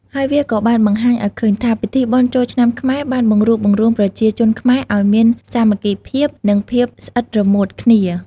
ហើយវាក៏បានបង្ហាញឱ្យឃើញថា ពិធីបុណ្យចូលឆ្នាំខ្មែរបានបង្រួបបង្រួមប្រជាជនខ្មែរឲ្យមានសាមគ្គីភាព និងភាពស្អិតរមួតគ្នា។